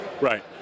Right